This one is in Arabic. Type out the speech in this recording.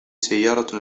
سيارة